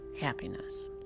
happiness